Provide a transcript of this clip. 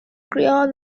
creole